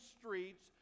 streets